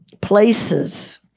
Places